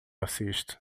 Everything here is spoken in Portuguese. assiste